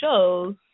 shows